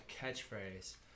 catchphrase